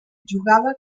jugava